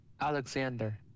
Alexander